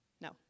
no